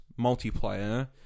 multiplayer